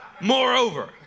Moreover